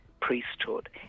priesthood